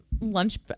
lunch